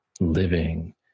living